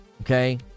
Okay